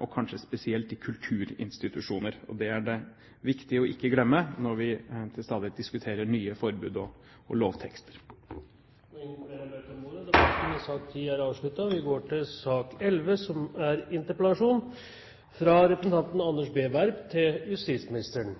og kanskje spesielt i kulturinstitusjoner. Det er det viktig ikke å glemme når vi til stadighet diskuterer nye forbud og lovtekster. Flere har ikke bedt om ordet til sak nr. 10. I den beskrivende teksten til interpellasjonen henviser jeg til en undersøkelse utført av TNS Gallup som viser at så mange som 200 000 nordmenn er